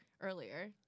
earlier